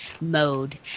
mode